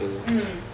mm